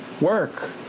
work